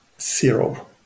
Zero